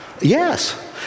Yes